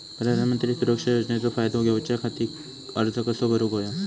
प्रधानमंत्री सुरक्षा योजनेचो फायदो घेऊच्या खाती अर्ज कसो भरुक होयो?